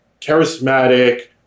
charismatic